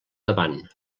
davant